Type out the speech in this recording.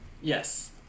Yes